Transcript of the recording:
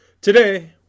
Today